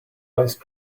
ice